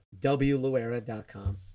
wluera.com